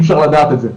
אי אפשר לדעת את זה,